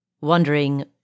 wondering